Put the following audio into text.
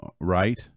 right